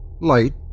Light